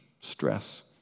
stress